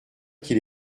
qu’il